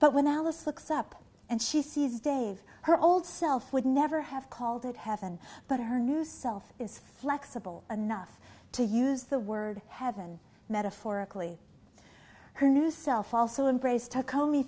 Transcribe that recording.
but when alice looks up and she sees dave her old self would never have called it heaven but her new self is flexible enough to use the word heaven metaphorically her new self also embrace t